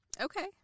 Okay